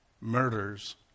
murders